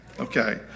Okay